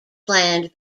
planned